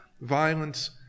violence